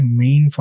main